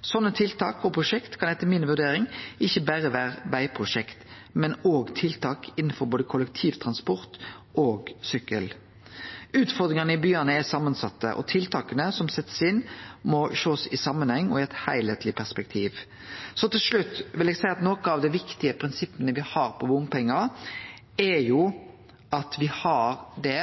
Sånne tiltak og prosjekt kan etter mi vurdering ikkje berre vere vegprosjekt, men òg tiltak innanfor både kollektivtransport og sykkel. Utfordringane i byane er samansette, og tiltaka som blir sette inn, må sjåast i samanheng og i eit heilskapleg perspektiv. Så til slutt vil eg seie at nokre av dei viktige prinsippa me har for bompengar, er at me har det